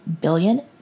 billion